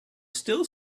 still